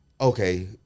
okay